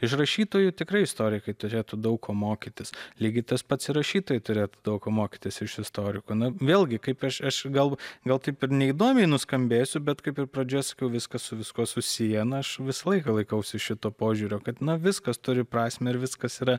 iš rašytojų tikrai istorikai turėtų daug ko mokytis lygiai tas pats ir rašytojai turėtų daug ko mokytis iš istorikų na vėlgi kaip aš aš gal gal taip ir neįdomiai nuskambėsiu bet kaip ir pradžioj sakiau viskas su viskuo susiję na aš visą laiką laikausi šito požiūrio kad viskas turi prasmę ir viskas yra